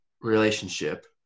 relationship